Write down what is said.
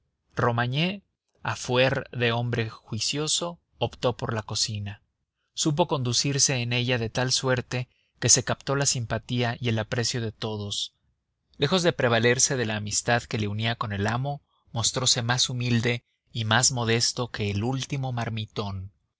a fuer de hombre juicioso obtó por la cocina supo conducirse en ella de tal suerte que se captó la simpatía y el aprecio de todos lejos de prevalerse de la amistad que le unía con el amo mostrose más humilde y más modesto que el último marmitón